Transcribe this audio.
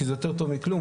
כי זה יותר טוב מכלום.